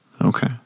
Okay